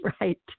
Right